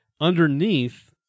underneath